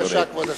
בבקשה, כבוד השר.